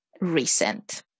recent